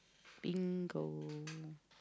bingo